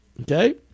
okay